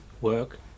work